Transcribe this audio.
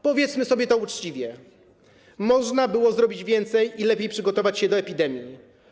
Powiedzmy sobie to uczciwie: można było zrobić więcej i lepiej przygotować się do epidemii.